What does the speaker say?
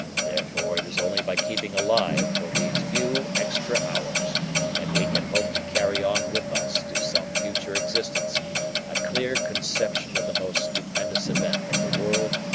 therefore it is only by keeping alive for these few extra hours that we can hope to carry on with us to some future existence a clear conception of the most stupendous event that the world,